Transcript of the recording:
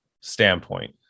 standpoint